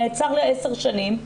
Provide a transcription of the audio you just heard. נעצר ל-10 שנים,